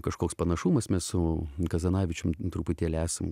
kažkoks panašumas mes su kazanavičium truputėlį esam